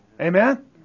Amen